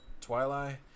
Twilight